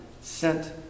sent